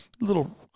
little